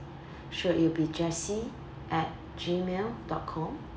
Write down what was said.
sure it'll be jessie at Gmail dot com